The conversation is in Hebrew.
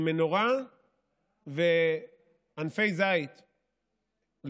עם מנורה וענפי זית לידה,